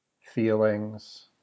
feelings